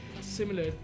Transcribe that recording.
similar